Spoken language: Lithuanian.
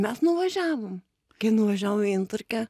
mes nuvažiavom kai nuvažiavom į inturkę